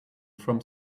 from